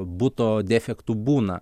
buto defektų būna